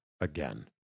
again